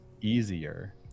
easier